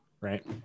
right